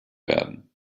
werden